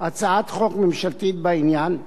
הצעת חוק ממשלתית בעניין,